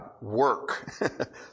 work